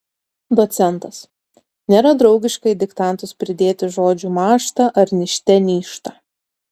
docentas nėra draugiška į diktantus pridėti žodžių mąžta ar nižte nyžta